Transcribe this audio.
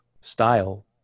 style